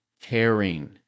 caring